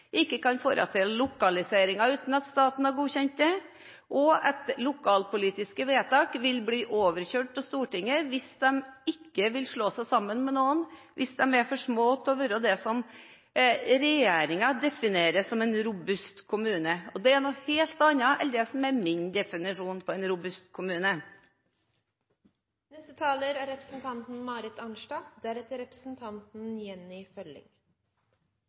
ikke kan foreta lokaliseringer uten at staten har godkjent det, og at lokalpolitiske vedtak vil bli overkjørt av Stortinget hvis de ikke vil slå seg sammen med noen hvis de er for små til å være det som regjeringen definerer som en robust kommune. Det er noe helt annet enn det som er min definisjon på en robust kommune. En av representantene fra Fremskrittspartiet – representanten